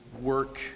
work